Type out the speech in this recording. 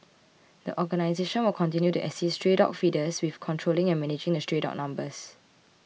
the organisation will continue to assist stray dog feeders with controlling and managing the stray dog numbers